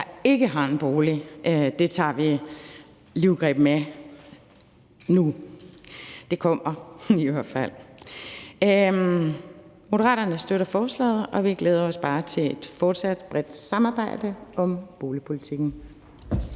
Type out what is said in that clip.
ikke har en bolig. Det tager vi livtag med nu. Det kommer i hvert fald. Moderaterne støtter forslaget, og vi glæder os til et fortsat bredt samarbejde om boligpolitikken.